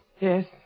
yes